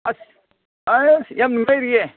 ꯑꯁ ꯑꯁ ꯌꯥꯝ ꯅꯨꯡꯉꯥꯏꯔꯤꯌꯦ